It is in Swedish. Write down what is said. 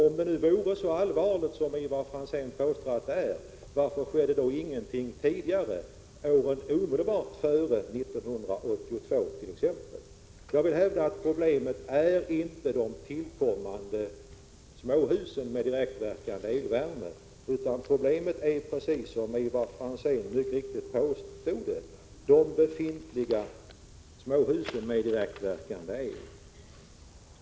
Om det nu vore så allvarligt som Ivar Franzén påstår att det är, varför skedde då ingenting tidigare, åren omedelbart före 1982 t.ex.? Jag vill hävda att problemet inte är de tillkommande småhusen med direktverkande elvärme, utan problemet är, precis som Ivar Franzén mycket riktigt påstod, de befintliga småhusen med direktverkande el.